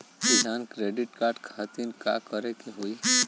किसान credit card खातिर का करे के होई?